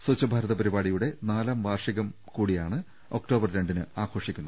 സ്ഥ ഭാരത പരിപാടിയുടെ നാലാം വാർഷികം കൂടിയാണ് ഒക്ടോബർ രണ്ടിന് ആഘോഷിക്കുന്നത്